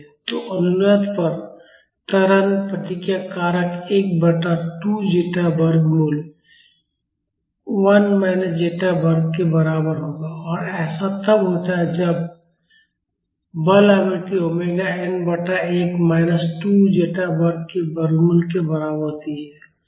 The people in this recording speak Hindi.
तो अनुनाद पर त्वरण प्रतिक्रिया कारक 1 बटा 2 ज़ेटा वर्गमूल 1 माइनस ज़ेटा वर्ग के बराबर होगा और ऐसा तब होता है जब बल आवृत्ति ओमेगा n बटा एक माइनस 2 ज़ेटा वर्ग के वर्गमूल के बराबर होती है